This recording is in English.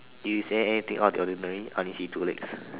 do you say anything out the ordinary I only see two legs